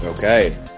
Okay